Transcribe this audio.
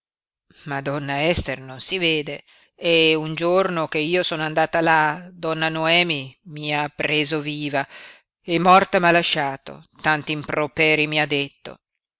ester non si vede e un giorno che io sono andata là donna noemi mi ha preso viva e morta m'ha lasciata tanti improperi mi ha detto